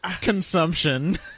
Consumption